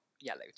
yellow